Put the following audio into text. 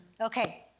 Okay